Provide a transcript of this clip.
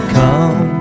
come